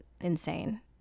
insane